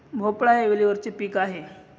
भोपळा हे वेलीवरचे पीक आहे